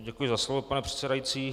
Děkuji za slovo, pane předsedající.